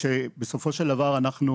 לסוף דעתך.